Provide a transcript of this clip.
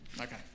Okay